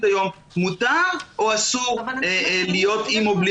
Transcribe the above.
היום מותר או אסור להיות עם או בלי